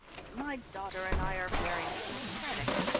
but my daughter and i are very democratic.